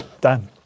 Done